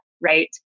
right